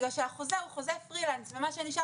בגלל שהחוזה הוא חוזה פרילנס ומה שנשאר